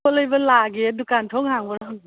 ꯄꯣꯠ ꯂꯩꯕ ꯂꯥꯛꯑꯒꯦ ꯗꯨꯀꯥꯟ ꯊꯣꯡ ꯍꯥꯡꯕ꯭ꯔꯣ